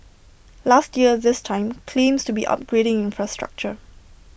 last year this time claims to be upgrading infrastructure